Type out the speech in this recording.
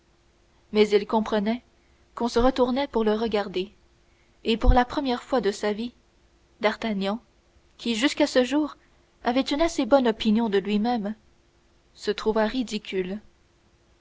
mais il comprenait qu'on se retournait pour le regarder et pour la première fois de sa vie d'artagnan qui jusqu'à ce jour avait une assez bonne opinion de lui-même se trouva ridicule